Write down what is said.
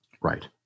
Right